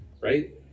right